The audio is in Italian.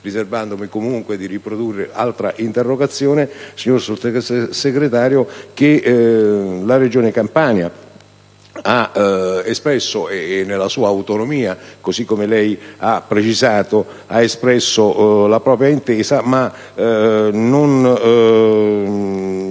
riservandomi comunque di riprodurre altra interrogazione, signor Sottosegretario) che la Regione Campania ha espresso nella sua autonomia - così come lei ha precisato - la propria intesa, ma mi